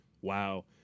wow